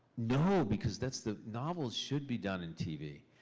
no, because that's the. novels should be done in tv.